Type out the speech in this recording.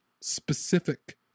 specific